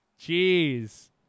Jeez